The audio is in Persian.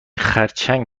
خرچنگ